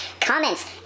Comments